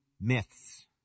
myths